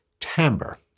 timbre